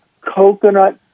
coconut